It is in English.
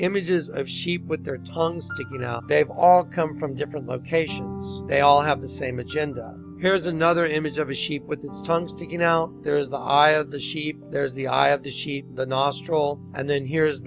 images of sheep with their tongues sticking out they've all come from different locations they all have the same agenda here's another image of a sheep with the tongues to you know they're the sheep there's the eye of the sheet not stroll and then here